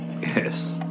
Yes